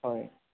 হয়